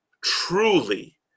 truly